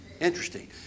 Interesting